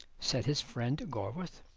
said his friend gorworth.